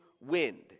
wind